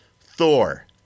Thor